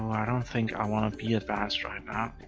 i don't think i want to be advanced right now.